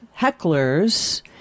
hecklers